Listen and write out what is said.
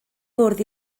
fwrdd